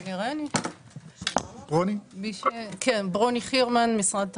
ברוני חירמן, משרד התחבורה.